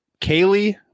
Kaylee